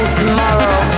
tomorrow